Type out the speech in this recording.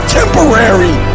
temporary